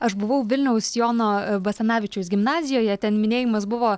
aš buvau vilniaus jono basanavičiaus gimnazijoje ten minėjimas buvo